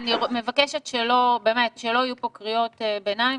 אני מבקשת שלא יהיו פה קריאות ביניים,